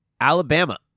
Alabama